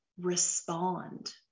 respond